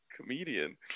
comedian